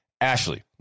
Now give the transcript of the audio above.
Ashley